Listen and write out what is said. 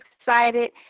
excited